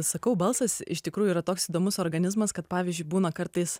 sakau balsas iš tikrųjų yra toks įdomus organizmas kad pavyzdžiui būna kartais